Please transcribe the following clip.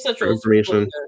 information